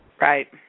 Right